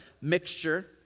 mixture